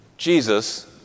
Jesus